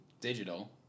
digital